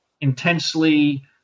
intensely